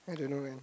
I don't know man